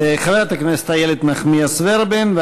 חברת הכנסת איילת נחמיאס ורבין,